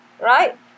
Right